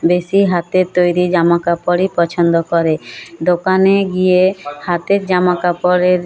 বেশি হাতের তৈরি জামা কাপড়ই পছন্দ করে দোকানে গিয়ে হাতের জামা কাপড়ের